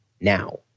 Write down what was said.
now